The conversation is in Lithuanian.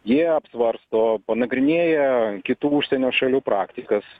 jie apsvarsto panagrinėjo kitų užsienio šalių praktikas